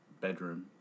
bedroom